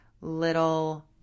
little